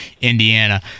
Indiana